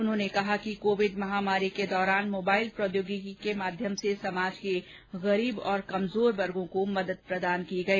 उन्होंने कहा कि कोविड महामारी के दौरान मोबाइल प्रौद्योगिकी के माध्यम से समाज के गरीब और कमजोर वर्गो को मदद प्रदान की गई